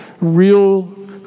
real